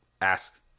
ask